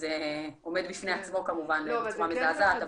שזה עומד בפני עצמו כמובן בצורה מזעזעת,